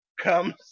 comes